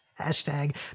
hashtag